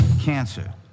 Cancer